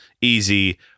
easy